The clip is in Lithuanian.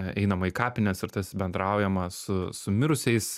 einama į kapines ir tas bendraujama su su mirusiais